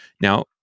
Now